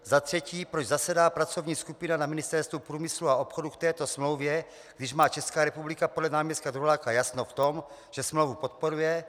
Za třetí, proč zasedá pracovní skupina na Ministerstvu průmyslu a obchodu k této smlouvě, když má Česká republika podle náměstka Druláka jasno v tom, že smlouvu podporuje?